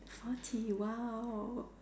forty !wow!